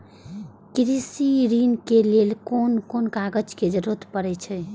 कृषि ऋण के लेल कोन कोन कागज के जरुरत परे छै?